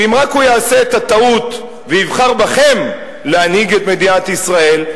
שאם רק הוא יעשה את הטעות ויבחר בכם להנהיג את מדינת ישראל,